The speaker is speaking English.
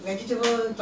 my father lah